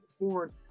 born